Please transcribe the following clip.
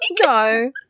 no